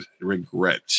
regret